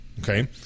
Okay